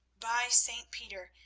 by st. peter!